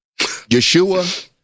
Yeshua